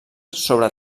sobre